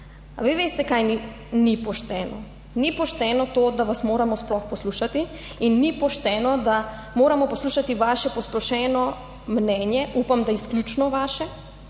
Ali vi veste, kaj ni pošteno? Ni pošteno to, da vas moramo sploh poslušati. In ni pošteno, da moramo poslušati vaše posplošeno mnenje, upam, da izključno vaše,